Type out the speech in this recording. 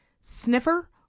sniffer